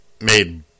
made